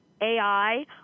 AI